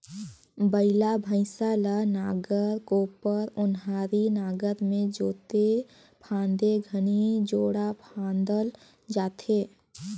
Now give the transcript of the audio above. बइला भइसा ल नांगर, कोपर, ओन्हारी नागर मे जोते फादे घनी जोड़ा फादल जाथे